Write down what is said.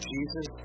Jesus